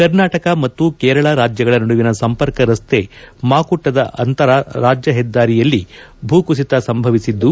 ಕರ್ನಾಟಕ ಮತ್ತು ಕೇರಳ ರಾಜ್ಯಗಳ ನಡುವಿನ ಸಂಪರ್ಕ ರಸ್ತೆ ಮಾಕುಟ್ಟದ ಅಂತರ ರಾಜ್ಯ ಹೆದ್ದಾರಿಯಲ್ಲಿ ಭೂಕುಸಿತ ಸಂಭವಿಸಿದ್ದು